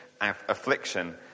affliction